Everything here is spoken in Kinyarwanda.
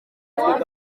kiganiro